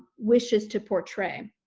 wishes to portray.